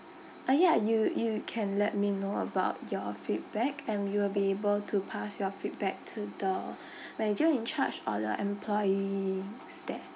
ah ya you you can let me know about your feedback and we will be able to pass your feedback to the manager in charge or the employees there